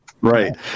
Right